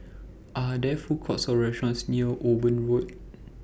Are There Food Courts Or restaurants near Owen Road